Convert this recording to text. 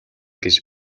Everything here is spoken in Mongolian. гэж